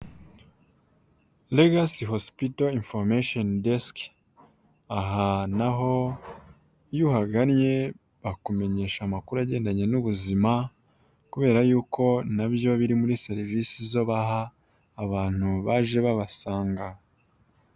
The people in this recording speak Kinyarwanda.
Regasi hosipito inforumashoni desike, aha na ho iyo uhagannye bakumenyesha amakuru agendanye n'ubuzima, kubera yuko na byo biri muri serivisi zo baha abantu baje babasanga.